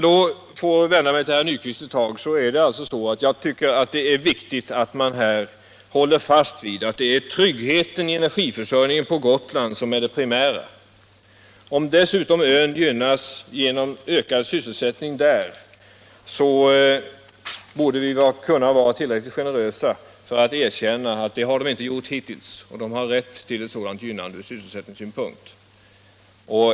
Till herr Nyquist vill jag säga att jag tycker att det är viktigt att man här håller fast vid att tryggheten i energiförsörjningen på Gotland är 65 det primära. Om dessutom ön gynnas genom ökad sysselsättning, borde vi kunna vara tillräckligt generösa att erkänna att så hittills inte varit fallet, varför ön har rätt att nu gynnas från sysselsättningssynpunkt.